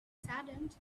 saddened